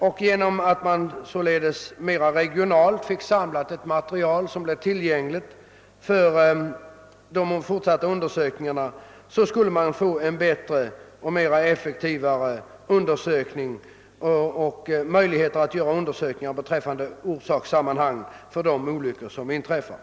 Det material som på detta sätt regionalt insamlades skulle vara tillgängligt för fortsatta undersökningar beträffande orsakerna till att olyckor inträffar.